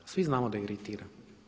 Svi znamo da iritira?